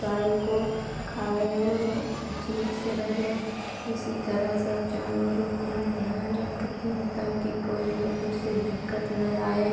गाय को खाए और वह ठीक से रहे इसी तरह सब जानवरों को मैं ध्यान रखती हूँ ताकि कोई उन्हें उसे दिक़्क़त नय आए